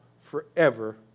forever